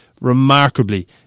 remarkably